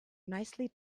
nicely